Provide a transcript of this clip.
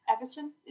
Everton